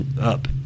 up